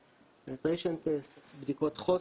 גם Penetration Test, בדיקות חוסן,